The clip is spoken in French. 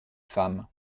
femme